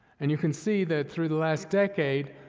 and you can see that through the last decade,